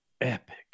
epic